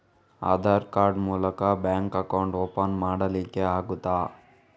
Aadhaar card ಮೂಲಕ bank account open ಮಾಡಲಿಕ್ಕೆ ಆಗುತಾ?